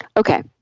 Okay